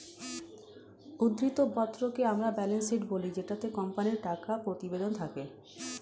উদ্ধৃত্ত পত্রকে আমরা ব্যালেন্স শীট বলি জেটাতে কোম্পানির টাকা প্রতিবেদন থাকে